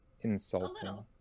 Insulting